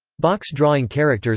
box-drawing characters